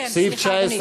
כן, סליחה, אדוני.